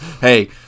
hey